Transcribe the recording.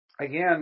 again